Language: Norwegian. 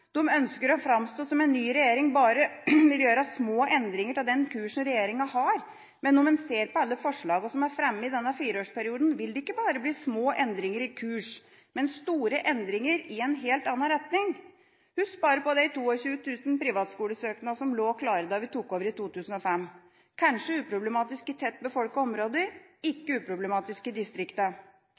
ønsker å framstå som en ny regjering som bare vil gjøre små endringer av den kursen regjeringa har, men når en ser på alle forslagene som er fremmet i løpet av denne fireårsperioden, vil det ikke bare bli små endringer i kurs, men store endringer i en helt annen retning. Husk bare på de 22 000 privatskolesøknadene som lå klare da vi tok over i 2005! – Kanskje uproblematisk i tett befolkede områder, ikke uproblematisk i